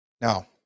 Now